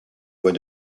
voie